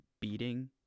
beating